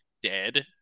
Dead